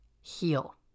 heal